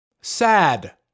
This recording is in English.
Sad